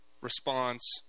response